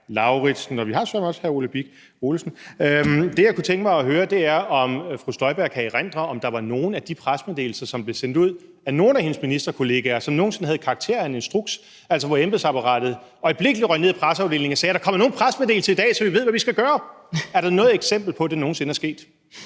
Lauritzen, og vi har søreme også hr. Ole Birk Olesen. Det, jeg kunne tænke mig at høre, er, om fru Inger Støjberg kan erindre, om der var nogen af de pressemeddelelser, som blev sendt ud af nogen af hendes ministerkollegaer, som nogen sinde havde karakter af en instruks – altså hvor embedsapparatet øjeblikkelig røg ned i presseafdelingen og sagde: Er der kommet nogen pressemeddelelser i dag, så vi ved, hvad vi skal gøre? Er der noget eksempel på, at det nogen sinde er sket?